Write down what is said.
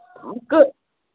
کہٕ